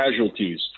casualties